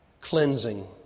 cleansing